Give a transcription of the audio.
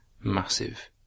massive